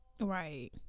Right